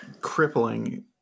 crippling